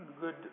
good